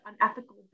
unethical